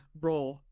raw